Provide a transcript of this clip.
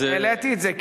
לכן העליתי את זה,